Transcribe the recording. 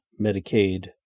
Medicaid